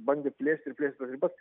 bandė plėsti ir plėsti ribas